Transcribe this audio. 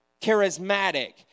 charismatic